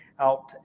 out